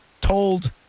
told